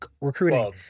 recruiting